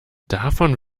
davon